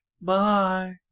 Bye